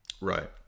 Right